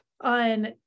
on